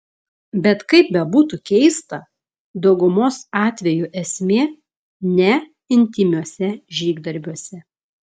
bet kaip bebūtų keista daugumos atvejų esmė ne intymiuose žygdarbiuose